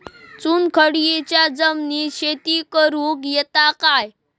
चुनखडीयेच्या जमिनीत शेती करुक येता काय?